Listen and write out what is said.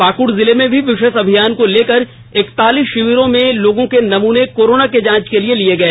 पाकड़ जिले में भी विशेष अभियान को लेकर इकतालीस शिविरों में लोगों के नमूने कोरोना की जांच के लिए लिए गए